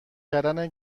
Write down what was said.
کردن